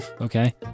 Okay